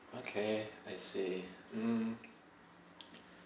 okay I see mm